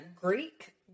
Greek